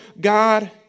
God